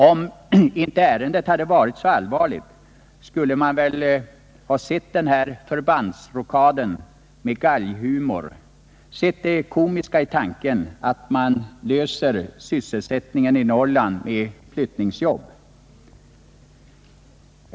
Om inte ärendet varit så allvarligt, skulle man väl ha sett på den här förbandsrockaden med galghumor, sett det komiska i tanken att försöka lösa sysselsättningsproblemen med flyttningsjobb.